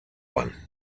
one